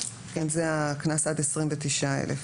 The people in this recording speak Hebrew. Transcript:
זה הקנס עד 29,000 שקלים.